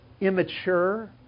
immature